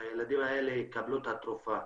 שהילדים האלה יקבלו את התרופה.